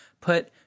put